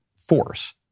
force